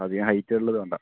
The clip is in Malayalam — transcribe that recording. അധികം ഹൈറ്റ് ഉള്ളത് വേണ്ട